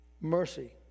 Mercy